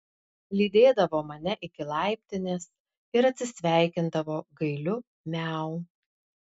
lydėdavo mane iki laiptinės ir atsisveikindavo gailiu miau